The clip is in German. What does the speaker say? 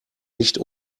nicht